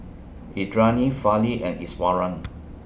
Indranee Fali and Iswaran